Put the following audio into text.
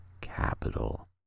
capital